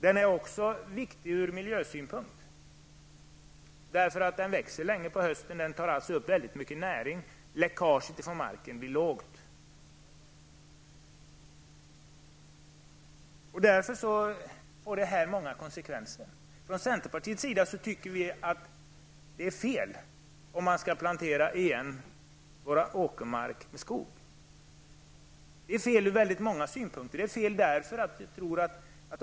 Den är också viktig ur miljösynpunkt. Den växer länge på hösten. Den tar alltså upp mycket näring, läckaget från marken blir lågt. Detta får därför många konsekvenser. Från centerpartiets sida tycker vi att det är fel att plantera igen vår åkermark till skog. Det är fel ur många synpunkter.